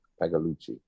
Pagalucci